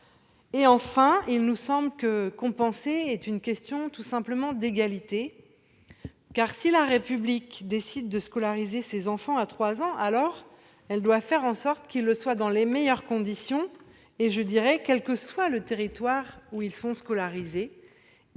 et enfin, il nous semble que compenser est une question tout simplement d'égalité car si la République décident de scolariser ses enfants, à 3 ans, alors elle doit faire en sorte qu'ils le soient dans les meilleures conditions et je dirais quel que soit le territoire où ils sont scolarisés